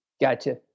Gotcha